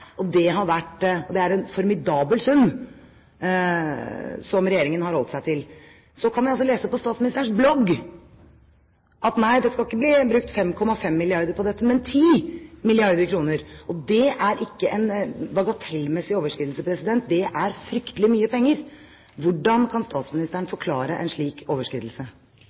Det er en formidabel sum som Regjeringen har holdt seg til. Så kan vi lese på statsministerens blogg: Nei, det skal ikke brukes 5,5 milliarder kr på dette, men 10 milliarder kr. Det er ikke en bagatellmessig overskridelse, det er fryktelig mye penger. Hvordan kan statsministeren forklare en slik overskridelse?